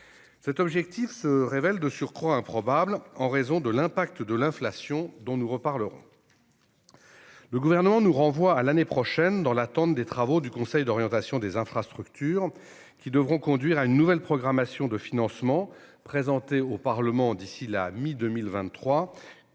Cet objectif se révèle de surcroît improbable en raison des effets de l'inflation, dont nous reparlerons. Le Gouvernement nous renvoie à l'année prochaine, dans l'attente des travaux du Conseil d'orientation des infrastructures (COI), qui devront conduire à une nouvelle programmation de financement présentée au Parlement d'ici à la mi-2023,